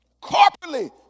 corporately